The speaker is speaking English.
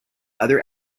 other